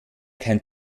kein